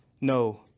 No